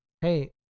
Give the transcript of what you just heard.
Hey